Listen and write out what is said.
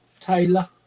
Taylor